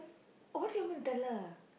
what you want me to tell her